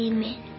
Amen